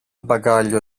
bagaglio